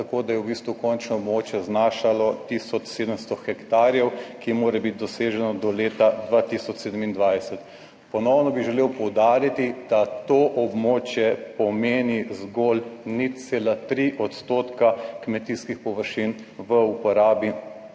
tako da je v bistvu končno območje znašalo tisoč 700 hektarjev, ki mora biti doseženo do leta 2027. Ponovno bi želel poudariti, da to območje pomeni zgolj 0,3 odstotka kmetijskih površin v uporabi